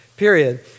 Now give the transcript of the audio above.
period